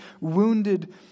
wounded